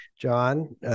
John